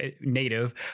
native